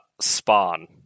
Spawn